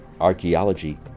archaeology